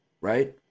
right